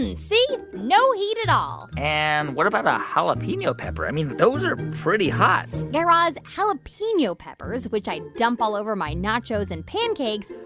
and see? no heat at all and what about a jalapeno pepper? i mean, those are pretty hot guy raz, jalapeno peppers, which i dump all over my nachos and pancakes,